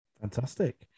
Fantastic